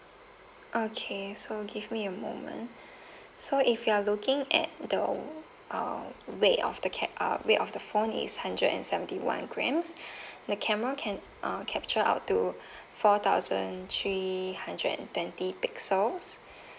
okay so give me a moment so if you are looking at the uh weight of the cam~ uh weight of the phone it's hundred and seventy one grams the camera can uh capture up to four thousand three hundred and twenty pixels